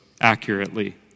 accurately